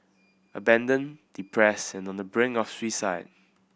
abandoned depressed and on the brink of suicide